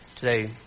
Today